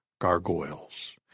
gargoyles